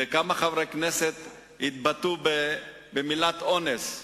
וכמה חברי כנסת התבטאו במלה "אונס".